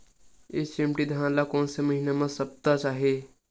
HMT धान ल कोन से महिना म सप्ता चाही?